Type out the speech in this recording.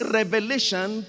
revelation